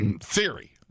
theory